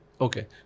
Okay